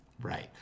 Right